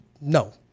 No